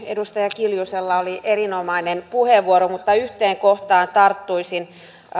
edustaja kiljusella oli erinomainen puheenvuoro mutta yhteen kohtaan tarttuisin